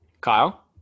Kyle